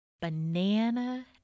Banana